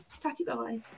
tatty-bye